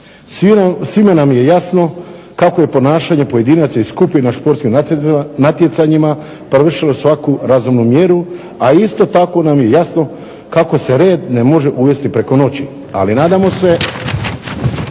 svima nam je jasno kako je ponašanje pojedinaca i skupina na športskim natjecanjima prevršilo svaku razumnu mjeru, a isto tako nam je jasno kako se red ne može uvesti preko noći, ali nadamo se